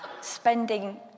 Spending